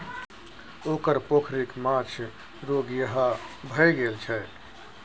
ओकर पोखरिक माछ रोगिहा भए गेल छै